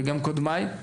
וגם קודמיי.